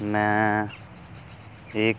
ਮੈਂ ਇੱਕ